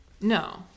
no